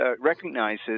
recognizes